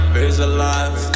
Visualize